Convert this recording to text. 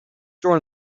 store